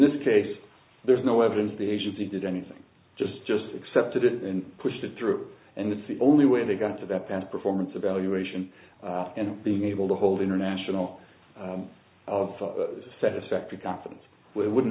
this case there's no evidence the agency did anything just just accepted it and pushed it through and it's the only way they got to that performance evaluation and being able to hold international of satisfactory confidence we wouldn't